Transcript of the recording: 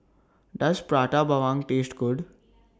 Does Prata Bawang Taste Good